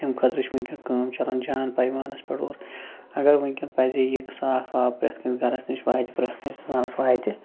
تَمہِ خٲطرٕ چھِ وٕنۍکٮ۪ن کٲم چلان جان پیمانَس پٮ۪ٹھ اور اگر وٕنۍکٮ۪ن پزے یہِ صاف آب پرٛٮ۪تھ کُنہِ گَرَس نِش واتہِ پرٛٮ۪تھ کٲنٛسہِ اِنسانَس واتہِ